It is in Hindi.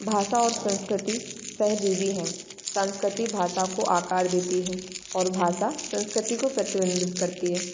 भाषा और संस्कृति सहजीवी हैं संस्कृति भाषा को आकार देती है और भाषा संस्कृति को प्रतिबिंबित करती है